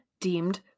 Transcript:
deemed